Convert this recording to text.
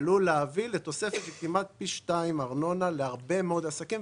עלול להביא לתוספת של כמעט פי 2 ארנונה להרבה מאוד עסקים,